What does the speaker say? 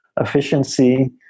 efficiency